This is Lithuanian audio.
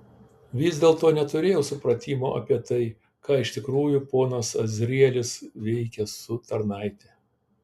vis dėlto neturėjau supratimo apie tai ką iš tikrųjų ponas azrielis veikia su tarnaite